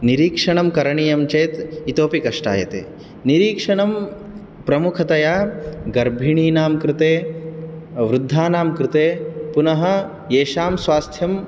निरीक्षणं करणीयं चेत् इतोऽपि कष्टायते निरीक्षणं प्रमुखतया गर्भिणीनां कृते वृद्धानां कृते पुनः येषां स्वास्थ्यं